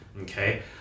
okay